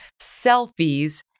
selfies